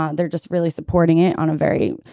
um they're just really supporting it on a very,